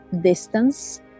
distance